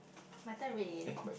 my time read again